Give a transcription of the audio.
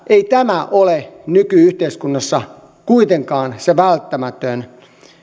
ei tämä ole nyky yhteiskunnassa kuitenkaan se välttämätön